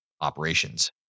operations